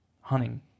hunting